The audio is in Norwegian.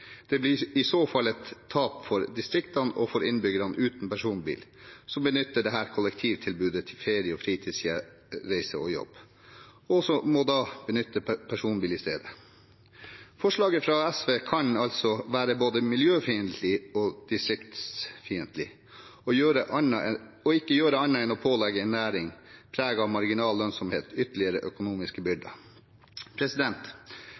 Det blir i så fall et tap for distriktene og for innbyggerne uten personbil som benytter dette kollektivtilbudet til ferie- og fritidsreiser og jobb – og som da må benytte personbil i stedet. Forslaget fra SV kan altså være både miljøfiendtlig og distriktsfiendtlig og ikke gjøre annet enn å pålegge en næring preget av marginal lønnsomhet ytterligere økonomiske